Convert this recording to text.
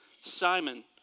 Simon